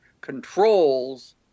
controls